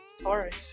Taurus